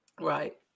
Right